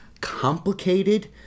complicated